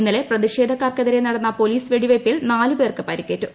ഇന്നലെ പ്രതിഷേധക്കാർക്കെതിരെ നടന്ന പോലീസ് വെടിവയ്പിൽ നാല് പേർക്ക് പരിക്കേറ്റു